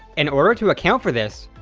in order to account for this,